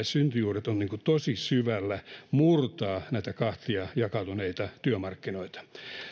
syntyjuuret ovat tosi syvällä murtaaksemme näitä kahtia jakautuneita työmarkkinoita